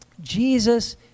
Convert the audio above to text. Jesus